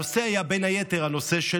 הנושא היה בין היתר האלימות